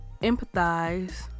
empathize